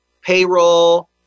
payroll